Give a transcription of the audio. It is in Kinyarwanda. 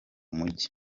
mujyi